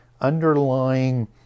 underlying